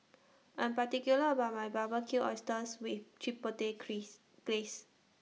I'm particular about My Barbecued Oysters with Chipotle Kris Glaze